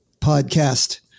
Podcast